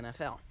NFL